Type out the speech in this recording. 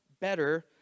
better